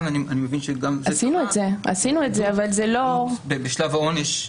--- עשינו את זה אבל זה לא --- בשלב העונש,